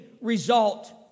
result